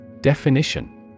Definition